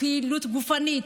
פעילות גופנית,